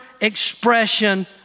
expression